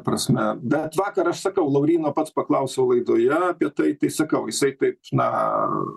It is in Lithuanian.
prasme bet vakar aš sakau lauryno pats paklausiau laidoje apie tai sakau jisai taip na